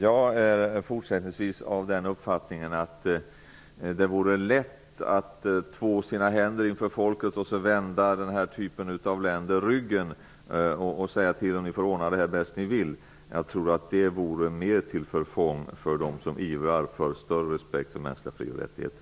Jag är fortsättningsvis av den uppfattningen att det vore lätt att två sina händer inför folket och vända den här typen av länder ryggen och säga: Ni får ordna detta bäst ni vill. Jag tror att det vore mer till förfång för dem som ivrar för större respekt för mänskliga fri och rättigheter.